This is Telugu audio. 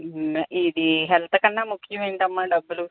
ఇది హెల్త్ కన్నా ముఖ్యమైందమ్మా డబ్బులు